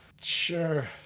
Sure